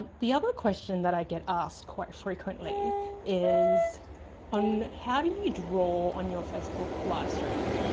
the other question that i get asked quite frequently is on how do you draw on your facebook live streams?